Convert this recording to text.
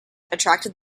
attracted